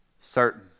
certain